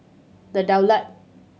The Daulat